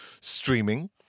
streaming